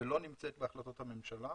ולא נמצאת בהחלטות הממשלה,